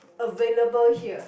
available here